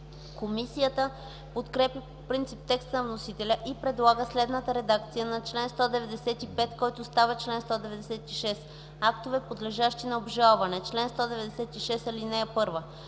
Комисията подкрепя по принцип текста на вносителя и предлага следната редакция на чл. 195, който става чл. 196: „Актове, подлежащи на обжалване Чл. 196. (1) На